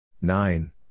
Nine